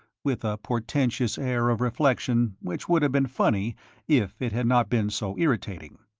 with a portentous air of reflection which would have been funny if it had not been so irritating.